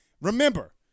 remember